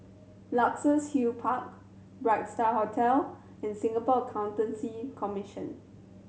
Luxus Hill Park Bright Star Hotel and Singapore Accountancy Commission